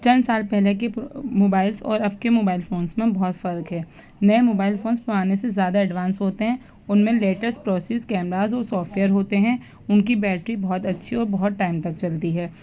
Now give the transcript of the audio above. چند سال پہلے کی موبائلس اور اب کے موبائل فونس بہت فرق ہے نیے موبائل فونس پرانے سے زیادہ ایڈوانس ہوتے ہیں ان میں لیٹسٹ پروسس کیمراز اور سافٹویئر ہوتے ہیں ان کی بیٹری بہت اچھی اور بہت ٹائم تک چلتی ہے